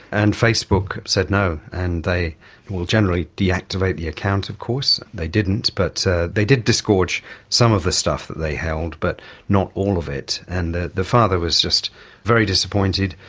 and facebook said no, and they will generally deactivate the account of course. they didn't. but they did disgorge some of the stuff that they held, but not all of it. and the the father was just very disappointed.